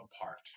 apart